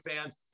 fans